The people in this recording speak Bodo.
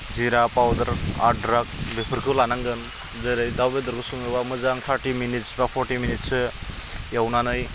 जिरा पाउदार अद्रक बेफोरखौ लानांगोन जेरै दाउ बेदरखो सङोबा मोजां थार्टि मिनिट्स बा फर्टि मिनिट्ससो एवनानै